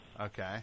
Okay